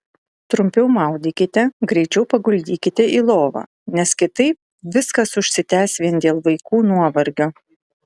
trumpiau maudykite greičiau paguldykite į lovą nes kitaip viskas užsitęs vien dėl vaikų nuovargio